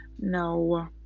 No